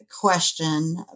question